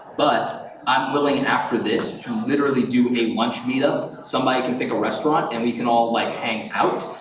but i'm willing, and after this, to literally do a lunch meet-up. somebody can pick a restaurant and we can all like hang out,